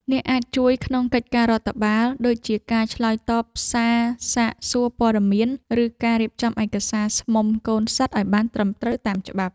អ្នកអាចជួយក្នុងកិច្ចការរដ្ឋបាល ដូចជាការឆ្លើយតបសារសាកសួរព័ត៌មាន ឬការរៀបចំឯកសារស្មុំកូនសត្វឱ្យបានត្រឹមត្រូវតាមច្បាប់។